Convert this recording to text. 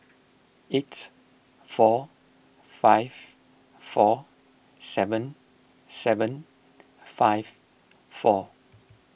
eight four five four seven seven five four